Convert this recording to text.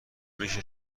میشه